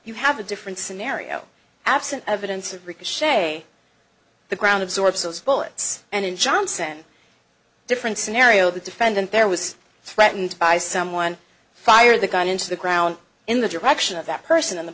you have a different scenario absent evidence of ricochet the ground absorbs those bullets and in johnson different scenario the defendant there was threatened by someone fired the gun into the ground in the direction of that person in the